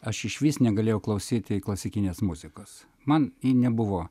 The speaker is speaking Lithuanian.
aš išvis negalėjau klausyti klasikinės muzikos man ji nebuvo